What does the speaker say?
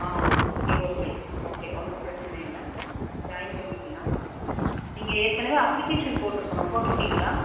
ஆ okay okay okay ஒன்றும் பிரச்சனை இல்லை ஜாயின் பண்ணிக்கலாம் நீங்கள் ஏற்கனவே அப்ளிகேஷன் போட்டுருக்கனும் போட்டுருக்கீங்களா